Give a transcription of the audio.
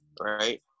right